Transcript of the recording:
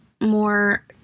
more